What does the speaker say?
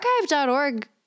Archive.org